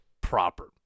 proper